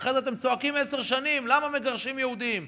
ואחרי זה אתם צועקים עשר שנים למה מגרשים יהודים.